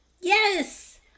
Yes